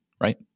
right